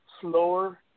slower